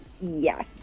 yes